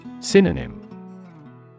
Synonym